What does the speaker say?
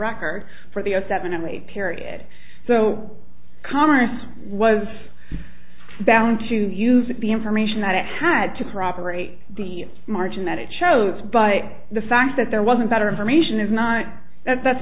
zero seven zero eight period so commerce was bound to use the information that it had to corroborate the margin that it shows but the fact that there wasn't better information is not that that's